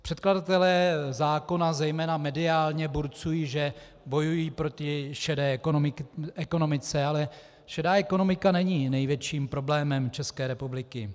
Předkladatelé zákona zejména mediálně burcují, že bojují proti šedé ekonomice, ale šedá ekonomika není největším problémem České republiky.